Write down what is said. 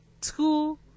Two